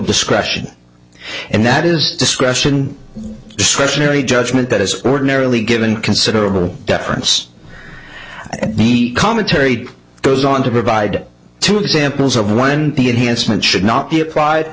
discretion and that is discretion discretionary judgment that is ordinarily given considerable deference and the commentary goes on to provide two examples of one be enhancements should not be applied